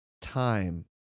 time